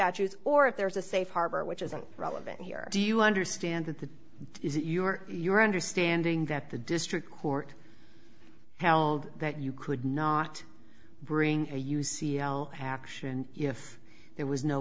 statutes or if there is a safe harbor which isn't relevant here do you understand that that is that you or your understanding that the district court held that you could not bring a u c l action if there was no